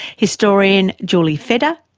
historian julie feder,